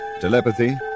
telepathy